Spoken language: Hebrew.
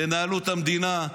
נהלו את המדינה,